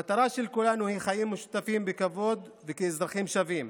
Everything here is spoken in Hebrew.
המטרה של כולנו היא חיים משותפים בכבוד וכאזרחים שווים.